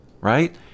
right